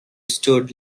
stood